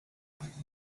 carolyn